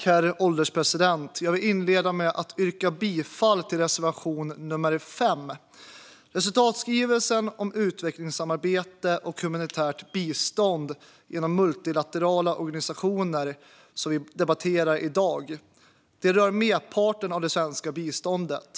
Herr ålderspresident! Jag vill inleda med att yrka bifall till reservation 5. Resultatskrivelsen om utvecklingssamarbete och humanitärt bistånd genom multilaterala organisationer, som vi debatterar i dag, rör merparten av det svenska biståndet.